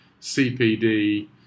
CPD